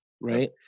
right